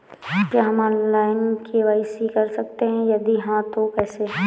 क्या हम online KYC कर सकते हैं यदि हाँ तो कैसे?